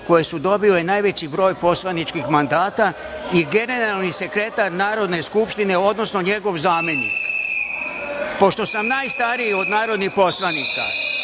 koje su dobile najveći broj poslaničkih mandata i generalni sekretar Narodne skupštine, odnosno njegov zamenik. Pošto sam najstariji od narodnih poslanika,